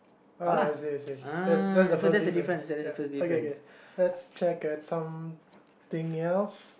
uh I see I see there's there's the first difference ya okay okay let's check at some thing else